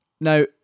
now